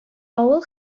авыл